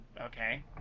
Okay